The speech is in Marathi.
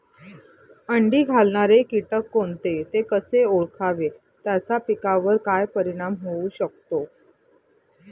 अंडी घालणारे किटक कोणते, ते कसे ओळखावे त्याचा पिकावर काय परिणाम होऊ शकतो?